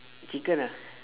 chicken ah